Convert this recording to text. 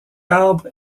arbre